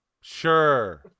Sure